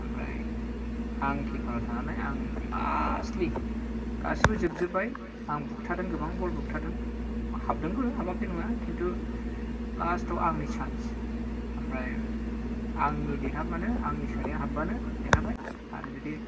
ओमफ्राय आं किपार आव थानानै आं लास्टलि गासैबो जोबजोब्बाय आं बुगथादों गोबां बल बुगथादों हाबदोंबो हाबाखै नङा खिन्थु लास्ट आव आंनि चान्स ओमफ्राय आंनि देरहाब्लानो आंनि सोनाया हाब्बानो देरहाबाय आरो जुदि